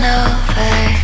over